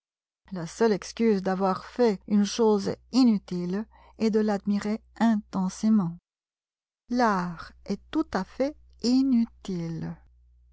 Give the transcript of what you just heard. la seule excuse d'avoir fait une chose inutile est de l'admirer intensément l'art est tout à fait inutile